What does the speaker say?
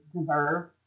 deserve